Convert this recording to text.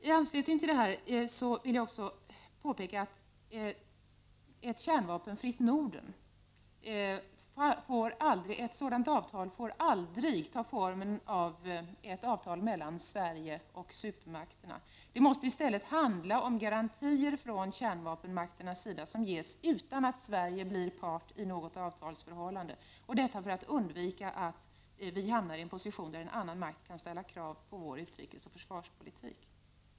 I anslutning till detta finns anledning att påpeka att en garanti för ett kärnvapenfritt Norden aldrig får ta formen av ett avtal mellan Sverige och supermakterna. Det måste i stället handla om garantier från kärnvapenmakternas sida som ges utan att Sverige blir part i något avtalsförhållande, för att undvika att vi hamnar i en position där en annan makt kan ställa krav på vår utrikesoch försvarspolitik.